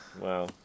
wow